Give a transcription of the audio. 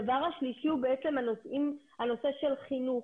הדבר השלישי הוא הנושא של חינוך.